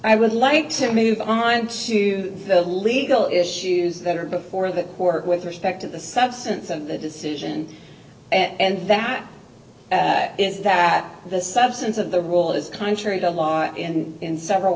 i would like to move on to the legal issues that are before the work with respect to the substance of the decision and that is that the substance of the rule is contrary to law and in several